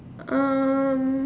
um